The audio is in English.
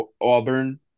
Auburn